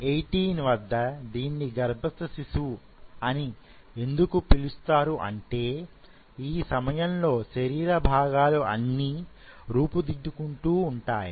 F18 వద్ద దీన్ని గర్భస్థ శిశువు అని ఎందుకు పిలుస్తారు అంటే ఈ సమయంలో శరీర భాగాలు అన్ని రూపుదిద్దుకుంటూ ఉంటాయి